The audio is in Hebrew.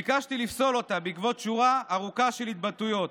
ביקשתי לפסול אותה בעקבות שורה ארוכה של התבטאויות,